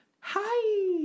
hi